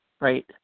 right